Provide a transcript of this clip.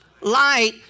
light